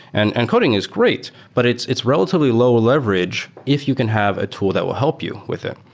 and and coding is great, but it's it's relatively lower leverage if you can have a tool that will help you with it.